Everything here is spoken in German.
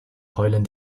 heulen